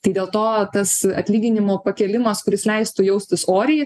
tai dėl to tas atlyginimų pakėlimas kuris leistų jaustis oriai